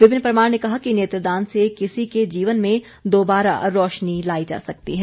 विपिन परमार ने कहा कि नेत्रदान से किसी के जीवन में दोबारा रौशनी लाई जा सकती है